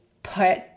put